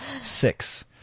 six